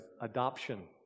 adoption